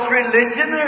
religion